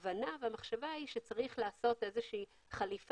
לכן ההבנה והמחשבה היא שצריך לעשות איזושהי חליפה